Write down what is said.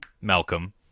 Malcolm